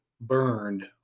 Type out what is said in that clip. burned